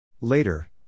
Later